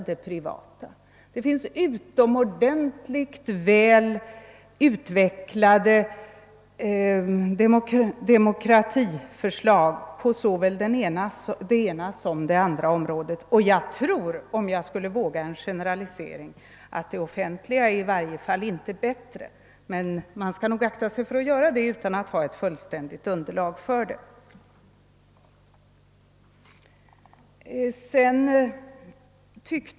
Det finns utomordentligt väl utvecklade förslag i demokratisk anda på såväl den ena som den andra sidan. För att våga mig på en generalisering tror jag inte att förslagen är bättre på den offentliga sidan. Men man skall nog akta sig för att göra generaliseringar utan att ha fullständigt underlag för dem.